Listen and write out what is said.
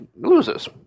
loses